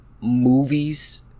movies